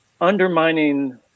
undermining